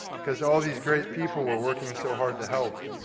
because all these great people were working so hard to help.